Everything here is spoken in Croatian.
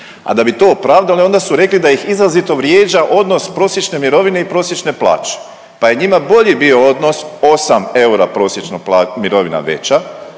A da bi to opravdali onda su rekli da ih izrazito vrijeđa odnos prosječne mirovine i prosječne plaće. Pa je njima bolji bio odnos 8 eura prosječna pla… mirovina veća